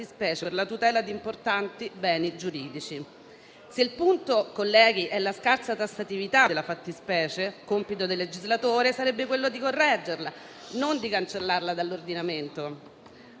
colleghi, è la scarsa tassatività della fattispecie, compito del legislatore sarebbe quello di correggerla, non di cancellarla dall'ordinamento.